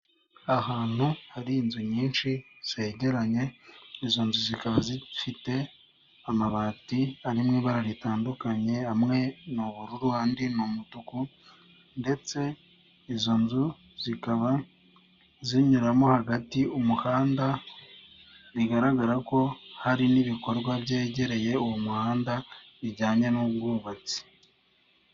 Ahantu hari inzu nyinshi zegeranye izo nzu zikaba zifite amabati ari mu ibara ritandukanye hamwe n'ubururu kandi n'umutuku, ndetse izo nzu zikaba zinyuramo hagati umuhanda bigaragara ko hari n'ibikorwa byegereye uwo muhanda bijyanye n'ubwubatsi.